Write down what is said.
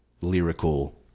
lyrical